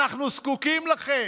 אנחנו זקוקים לכם.